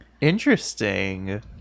interesting